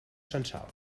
censal